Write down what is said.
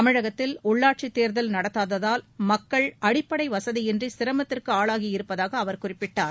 தமிழகத்தில் உள்ளாட்சித் தேர்தல் நடத்தாததால் மக்கள் அடிப்படை வசதியின்றி சிரமத்திற்கு ஆளாகியிருப்பதாக அவர் குறிப்பிட்டார்